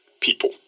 People